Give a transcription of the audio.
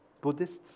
Buddhists